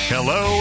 Hello